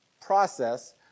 process